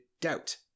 doubt